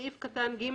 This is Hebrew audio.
בסעיף 4,